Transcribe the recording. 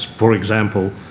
for example,